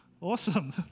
awesome